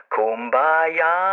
Kumbaya